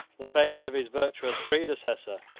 the fate of his virtuous predecessor,